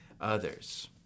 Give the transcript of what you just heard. others